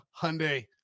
Hyundai